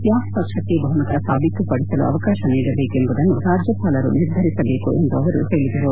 ಯಾವ ಪಕ್ಷಕ್ಕೆ ಬಹುಮತ ಸಾಬೀತುಪಡಿಸಲು ಅವಕಾಶ ನೀಡಬೇಕೆಂದು ರಾಜ್ಜಪಾಲರು ನಿರ್ಧರಿಸಬೇಕು ಎಂದು ಅವರು ಹೇಳಿದರು